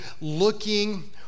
looking